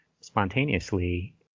spontaneously